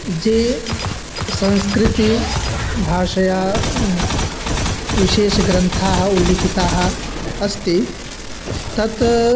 ये संस्कृतभाषायाः विशेषग्रन्थाः उल्लिखिताः अस्ति तत्